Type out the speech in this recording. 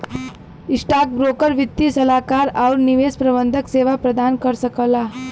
stockbroker वित्तीय सलाहकार आउर निवेश प्रबंधन सेवा प्रदान कर सकला